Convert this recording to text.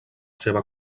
seva